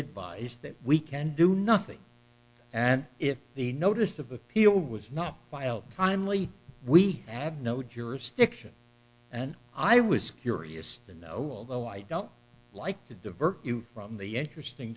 advised that we can do nothing and if the notice of appeal was not file timely we have no jurisdiction and i was curious to know although i don't like to divert you from the interesting